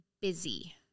busy